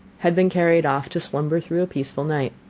had been carried off to slumber through a peaceful night.